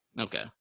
Okay